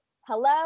Hello